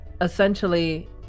essentially